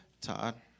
Todd